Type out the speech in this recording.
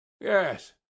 Yes